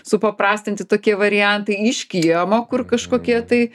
supaprastinti tokie variantai iš kiemo kur kažkokie tai